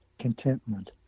contentment